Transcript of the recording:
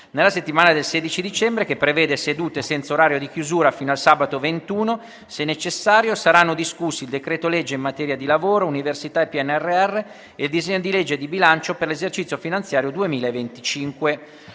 Nella settimana del 16 dicembre, che prevede sedute senza orario di chiusura fino a sabato 21, se necessario, saranno discussi il decreto-legge in materia di lavoro, università e PNRR e il disegno di legge di bilancio per l'esercizio finanziario 2025.